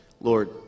Lord